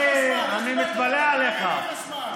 אין לי בעיה שתתחבר לחשמל.